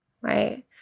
right